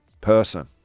person